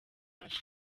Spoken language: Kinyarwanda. nabi